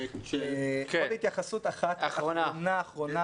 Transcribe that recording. עוד התייחסות אחת אחרונה אחרונה -- אחרונה.